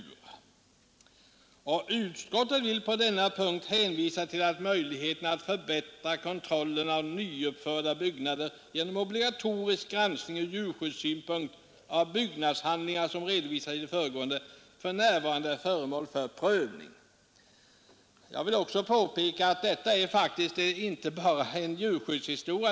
Vidare skriver utskottet: ”Utskottet vill på denna punkt hänvisa till att möjligheterna att förbättra kontrollen av nyupp förda byggnader genom obligatorisk granskning ur djurskyddssynpunkt av byggnadshandlingar, såsom redovisats i det föregående, f. n. är föremål för prövning.” Jag vill också påpeka att detta faktiskt inte bara är en djurskyddshistoria.